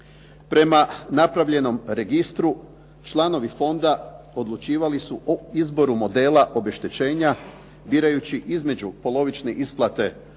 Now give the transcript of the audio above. prema napravljenom registru, članovi fonda odlučivali su o izboru modela obeštećenja birajući između polovične isplate